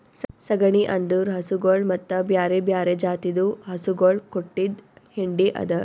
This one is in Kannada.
ಸಗಣಿ ಅಂದುರ್ ಹಸುಗೊಳ್ ಮತ್ತ ಬ್ಯಾರೆ ಬ್ಯಾರೆ ಜಾತಿದು ಹಸುಗೊಳ್ ಕೊಟ್ಟಿದ್ ಹೆಂಡಿ ಅದಾ